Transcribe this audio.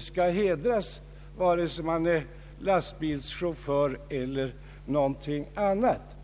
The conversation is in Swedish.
skall hedras, vare sig den som arbetar är lastbilschaufför eller någonting annat.